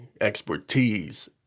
expertise